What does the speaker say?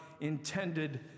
intended